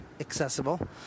Accessible